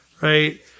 right